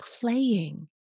playing